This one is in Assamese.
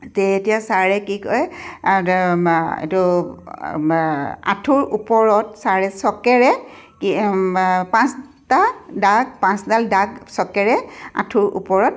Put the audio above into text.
তেতিয়া ছাৰে কি কয় এইটো আঁঠুৰ ওপৰত ছাৰে চকেৰে কি পাঁচটা দাগ পাঁচডাল দাগ চকেৰে আঁঠুৰ ওপৰত